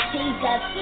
Jesus